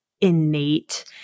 innate –